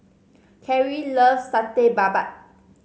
Cari loves Satay Babat